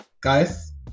Guys